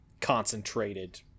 concentrated